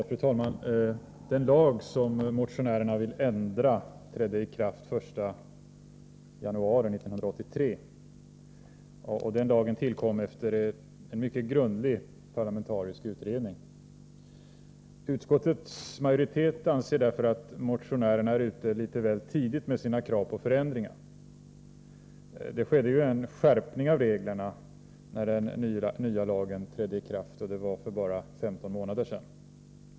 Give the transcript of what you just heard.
Fru talman! Den lag som motionärerna vill ändra trädde i kraft den 1 januari 1983, och den lagen tillkom efter en mycket grundlig parlamentarisk utredning. Utskottsmajoriteten anser därför att motionärerna är ute litet väl tidigt med sina krav på förändringar. Det skedde en skärpning av reglerna när den nya lagen trädde i kraft — för bara 15 månader sedan.